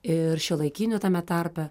ir šiuolaikinių tame tarpe